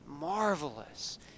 marvelous